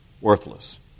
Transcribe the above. worthless